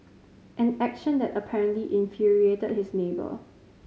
an action that apparently infuriated his neighbour